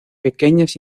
pequeñas